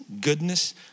goodness